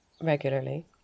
regularly